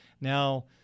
Now